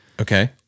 Okay